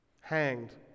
hanged